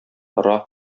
ора